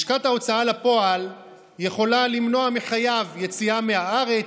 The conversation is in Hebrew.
לשכת ההוצאה לפועל יכולה למנוע מחייב יציאה מהארץ,